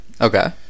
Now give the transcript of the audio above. Okay